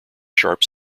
sharp